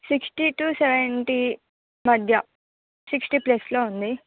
sixty two seventy మధ్య sixty ప్లస్లో ఉంది